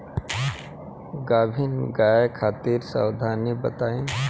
गाभिन गाय खातिर सावधानी बताई?